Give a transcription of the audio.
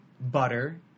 butter